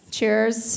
Cheers